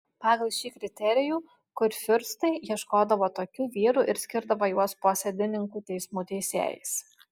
pagal šį kriterijų kurfiurstai ieškodavo tokių vyrų ir skirdavo juos posėdininkų teismų teisėjais